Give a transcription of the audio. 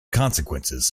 consequences